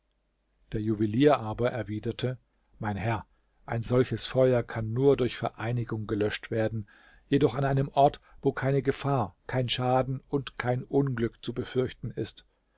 der juwelier aber erwiderte mein herr ein solches feuer kann nur durch vereinigung gelöscht werden jedoch an einem ort wo keine gefahr kein schaden und kein unglück zu befürchten ist